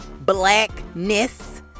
blackness